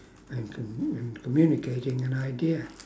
and com~ and communicating an idea